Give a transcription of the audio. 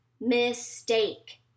mistake